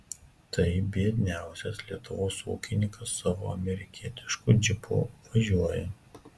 tai biedniausias lietuvos ūkininkas savo amerikietišku džipu važiuoja